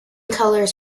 colours